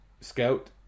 scout